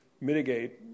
mitigate